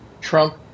Trump